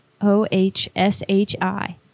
O-H-S-H-I